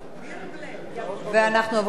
אנחנו עוברים לתוצאות: בעד,